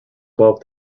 above